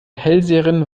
hellseherin